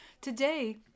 today